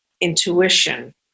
intuition